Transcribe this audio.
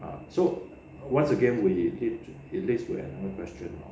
ya so once again we it leads to another question lor